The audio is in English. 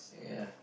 yeah